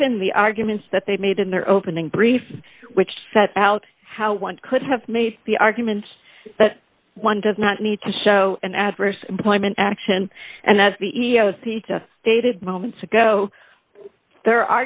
given the arguments that they made in their opening briefs which set out how one could have made the arguments but one does not need to show an adverse employment action and that's the e e o c stated moments ago their